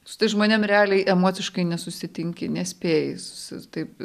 su tais žmonėm realiai emociškai nesusitinki nespėji su taip